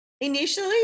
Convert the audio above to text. Initially